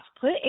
Put